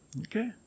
Okay